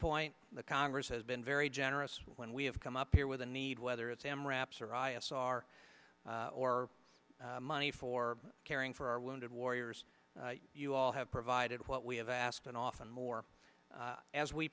point the congress has been very generous when we have come up here with a need whether it's am rap psoriasis our or money for caring for our wounded warriors you all have provided what we have asked and often more as we